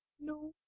no